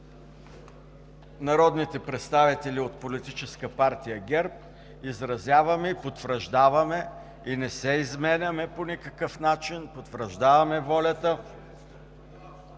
Народните представители от Политическа партия ГЕРБ изразяваме и не се изменяме по никакъв начин, потвърждаваме волята